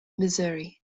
missouri